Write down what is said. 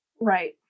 Right